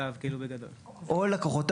--- או לקוחותיו.